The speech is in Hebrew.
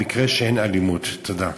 תודה.